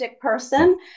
person